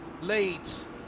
leads